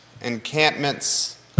encampments